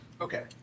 Okay